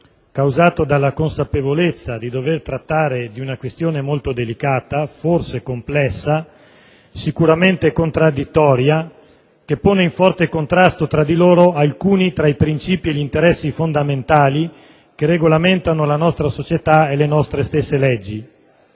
causato dalla consapevolezza di dover trattare di un questione molto delicata, forse complessa, sicuramente contraddittoria, che pone in forte contrasto tra di loro alcuni tra i principi e gli interessi fondamentali che regolamentano la nostra società e le nostre stesse leggi.